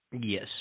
Yes